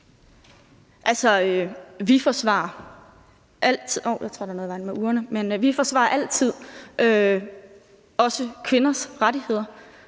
Vi forsvarer altid også kvinders rettigheder.